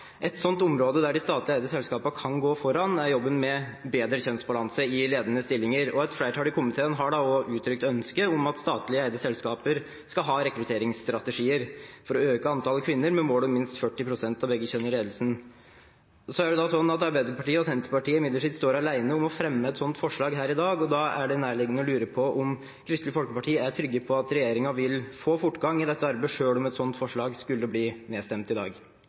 område der de statlig eide selskapene kan gå foran, er jobben med bedre kjønnsbalanse i ledende stillinger. Et flertall i komiteen har også uttrykt ønske om at statlig eide selskaper skal ha en rekrutteringsstrategi for å øke antallet kvinner, med mål om minst 40 pst. av begge kjønn i ledelsen. Det er imidlertid sånn at Arbeiderpartiet og Senterpartiet står alene om å fremme et sånt forslag i dag. Da er det nærliggende å lure på om Kristelig Folkeparti er trygge på at regjeringen vil få fortgang i dette arbeidet selv om et slikt forslag skulle bli nedstemt i dag.